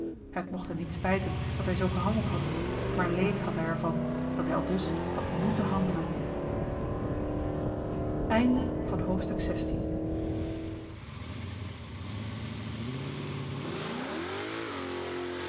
het mocht hem niet spijten dat hij zoo gehandeld had maar leed had bij er van dat hij aldus had moeten handelen